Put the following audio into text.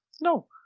no